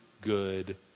good